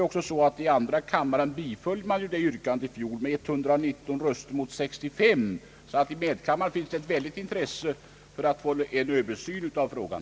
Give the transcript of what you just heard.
I andra kammaren bifölls det yrkandet med 116 röster mot 65. Där finns alltså ett stort intresse för en översyn av frågan.